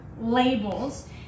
labels